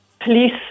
police